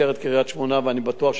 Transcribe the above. ואני בטוח של המחוז הצפוני,